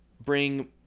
bring